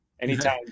anytime